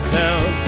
town